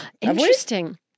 Interesting